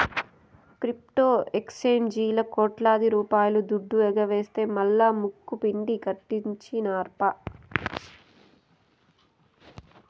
crypto ఎక్సేంజీల్లా కోట్లాది రూపాయల దుడ్డు ఎగవేస్తె మల్లా ముక్కుపిండి కట్టించినార్ప